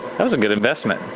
that was a good investment.